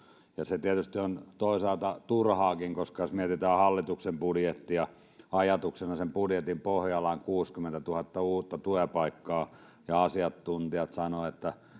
ja se tietysti on toisaalta turhaakin koska jos mietitään hallituksen budjettia ajatuksena niin sen budjetin pohjalla on kuusikymmentätuhatta uutta työpaikkaa ja asiantuntijat sanovat että se